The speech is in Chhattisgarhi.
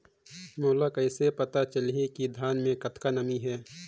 मोला कइसे पता चलही की धान मे कतका नमी हे?